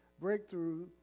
Breakthrough